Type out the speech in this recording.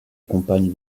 compagne